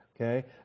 Okay